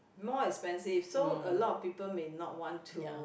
more expensive so a lot people may not want to